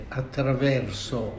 attraverso